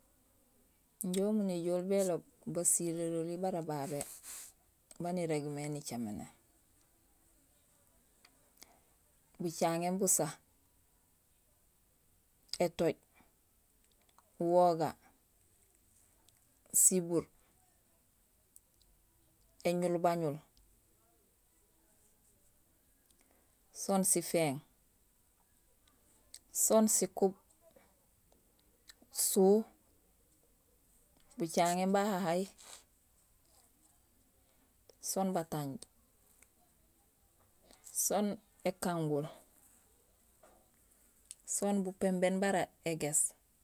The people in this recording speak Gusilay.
Injé umunéjool béloob basiléroli bara babé baan irégmé nicaméné: bucaŋéén busa, étooj, uwoga, sibuur, éñulbañul, soon sifééŋ, soon sikuub, suhu, bucaŋéén bahahay soon batanj, soon ékangul, soon bupimbéén bara égéés